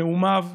נאומיו,